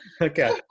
Okay